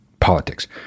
politics